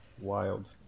wild